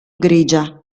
grigia